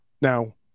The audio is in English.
Now